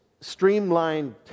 streamlined